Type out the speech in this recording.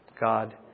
God